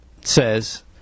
says